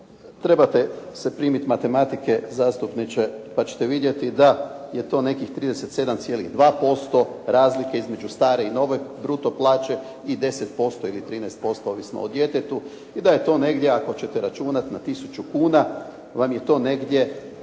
Trebate se primiti matematike zastupniče pa ćete vidjeti da je to nekih 37,2% razlike između stare i nove bruto plaće i 10% ili 13% ovisno o djetetu i da je to negdje ako ćete računati na tisuću kuna vam je to negdje